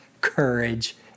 courage